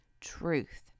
Truth